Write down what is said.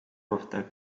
kohta